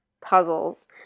puzzles